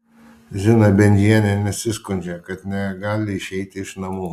zina bendžienė nesiskundžia kad negali išeiti iš namų